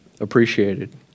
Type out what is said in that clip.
appreciated